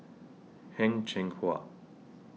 Heng Cheng Hwa